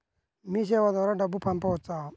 మీసేవ ద్వారా డబ్బు పంపవచ్చా?